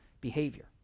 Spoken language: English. behavior